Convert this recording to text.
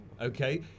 Okay